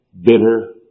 bitter